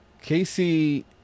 Casey